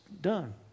done